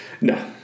No